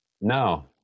no